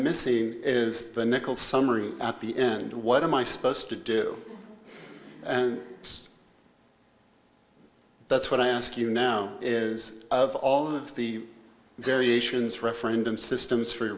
missing is the nickel summary at the end what am i supposed to do that's what i ask you now of all the variations referendum systems f